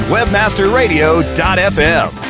Webmasterradio.fm